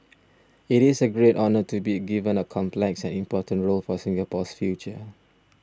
it's a great honour to be given a complex and important role for Singapore's future